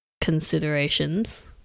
considerations